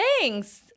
Thanks